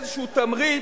איזה תמריץ,